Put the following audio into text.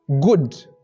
good